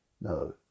No